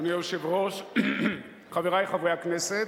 אדוני היושב-ראש, חברי חברי הכנסת,